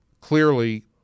clearly